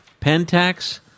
Pentax